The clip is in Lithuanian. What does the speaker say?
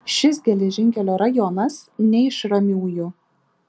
šis geležinkelio rajonas ne iš ramiųjų